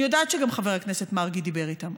אני יודעת שגם חבר הכנסת מרגי דיבר איתם,